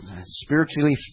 spiritually